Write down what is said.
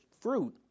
fruit